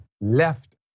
left